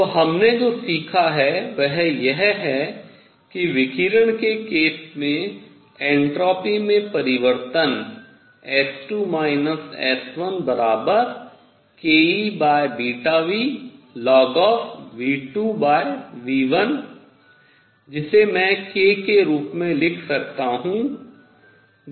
तो हमने जो सीखा है वह यह है कि विकिरण के केस में एन्ट्रापी में परिवर्तन S2 S1 kEβνln V2V1 जिसे मैं k के रूप में लिख सकता हूँ